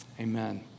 Amen